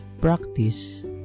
practice